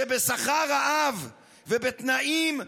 שבשכר רעב ובתנאים מופרעים,